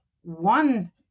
one